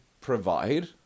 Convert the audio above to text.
provide